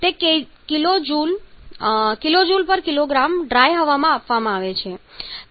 તે kJkg dry હવામાં આપવામાં આવે છે